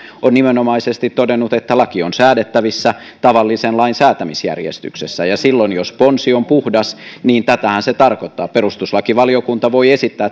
on nimenomaisesti todennut että laki on säädettävissä tavallisen lain säätämisjärjestyksessä ja silloin jos ponsi on puhdas niin tätähän se tarkoittaa perustuslakivaliokunta voi